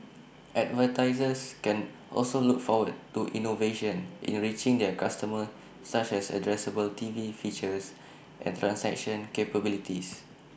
advertisers can also look forward to innovations in reaching their customers such as addressable TV features and transaction capabilities